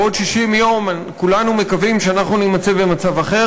בעוד 60 יום כולנו מקווים שנימצא במצב אחר